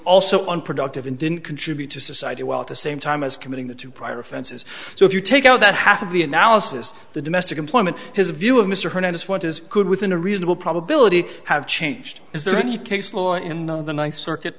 also unproductive and didn't contribute to society while at the same time as committing the two prior offenses so if you take out that half of the analysis the domestic employment his view of mr hernandez what is good within a reasonable probability have changed is there any case law in the ninth circuit